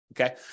Okay